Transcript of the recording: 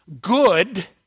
good